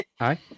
Hi